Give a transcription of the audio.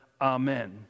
Amen